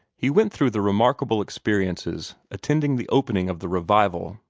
he went through the remarkable experiences attending the opening of the revival,